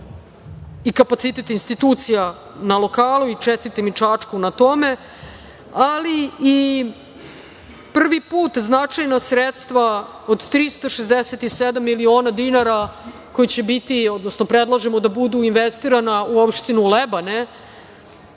i kapacitet institucija na lokalu i čestitam mi Čačku na tome. Prvi put značajna sredstva od 367 miliona dinara koji će biti, odnosno predlažemo da budu investirana u opštinu Lebane